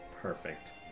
Perfect